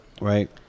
Right